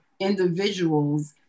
individuals